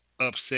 upset